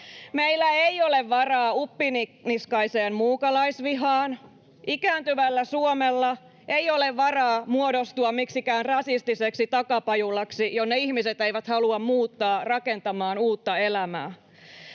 Meillä ei ole varaa uppiniskaiseen muukalaisvihaan. Ikääntyvällä Suomella ei ole varaa muodostua miksikään rasistiseksi takapajulaksi, jonne ihmiset eivät halua muuttaa rakentamaan uutta elämää.